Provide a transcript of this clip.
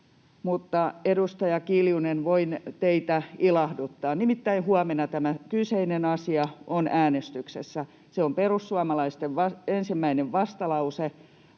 Edustaja Kiljunen, voin teitä ilahduttaa: nimittäin huomenna tämä kyseinen asia on äänestyksessä. Se on perussuomalaisten 1. lausumaehdotus,